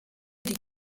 die